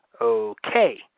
Okay